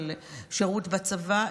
של שירות בצבא,